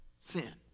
sin